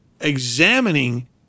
examining